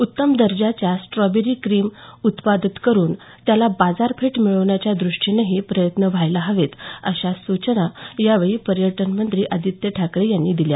उत्तम दर्जाचे strawberry cream उत्पादित करून त्याला बाजारपेठ मिळण्याच्या दृष्टीनंही प्रयत्न व्हायला हवेत अशी सूचना यावेळी पर्यटनमंत्री आदित्य ठाकरे यांनी केली